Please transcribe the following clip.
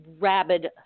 rabid